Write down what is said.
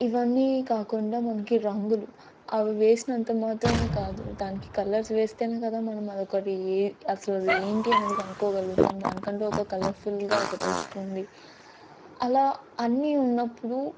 ఇవన్నీ కాకుండా మనకి రంగులు అవి వేసినంత మాత్రాన కాదు దానికి కలర్స్ వేస్తేనే కదా మనం అదొకటి అసలది ఏంటి అనేది కనుక్కోగలుగుతాం దానికంటూ ఒక కలర్ఫుల్గా ఒకటొస్తుంది అలా అన్నీ ఉన్నప్పుడు